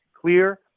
clear